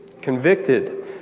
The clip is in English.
convicted